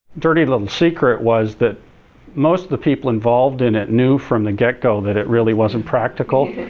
dirty little secret was that most of the people involved in it knew from the get-go that it really wasn't practical.